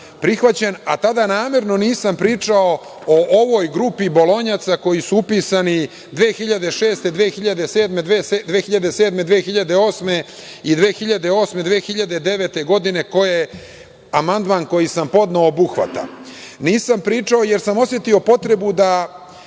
prihvaćen, a tada namerno nisam pričao o ovoj grupi bolonjaca koji su upisani 2006/2007, 2007/2008. i 2008/2009. godine, koje amandman koji sam podneo obuhvata. Nisam pričao jer sam osetio potrebu da